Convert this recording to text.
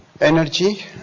energy